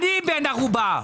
אני בן ערובה.